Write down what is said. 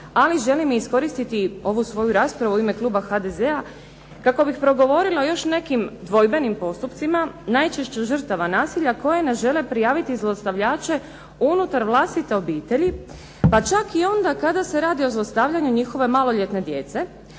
ali želim i iskoristiti ovu svoju raspravu u ime kluba HDZ-a kako bih progovorila još o nekim dvojbenim postupcima najčešće žrtava nasilja koje ne žele prijaviti zlostavljače unutar vlastite obitelji pa čak i onda kada se radi o zlostavljanju njihove maloljetne djece